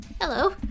hello